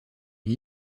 une